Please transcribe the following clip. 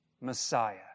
Messiah